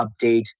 update